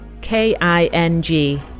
K-I-N-G